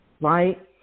right